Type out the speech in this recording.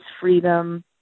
freedom